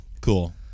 cool